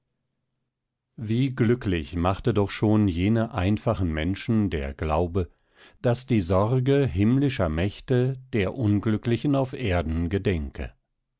wie glücklich machte doch schon jene einfachen menschen der glaube daß die sorge himmlischer mächte der unglücklichen auf erden gedenke